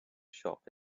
shop